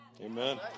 Amen